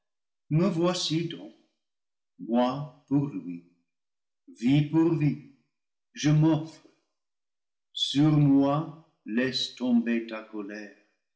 me voici donc moi pour lui vie pour vie je m'offre sur moi laisse tomber ta colère